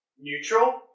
neutral